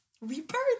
rebirth